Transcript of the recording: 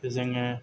जोङो